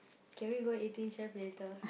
can we go Eighteen-Chef later